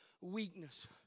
weakness